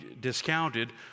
discounted